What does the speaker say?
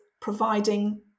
providing